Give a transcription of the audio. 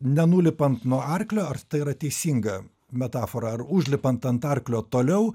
nenulipant nuo arklio ar tai yra teisinga metafora ar užlipant ant arklio toliau